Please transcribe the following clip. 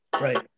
Right